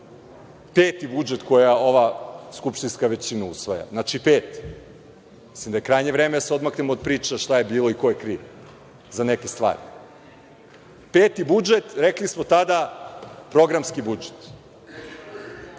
peti budžet koji ova skupštinska većina usvaja, znači peti, mislim da je krajnje vreme da se odmaknemo od priče šta je bilo i ko je kriv za neke stvari. Peti budžet, rekli smo tada – programski budžet.